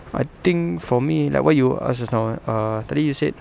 I think for me like what you asked just now right uh tadi you said